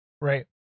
Right